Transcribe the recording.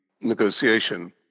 negotiation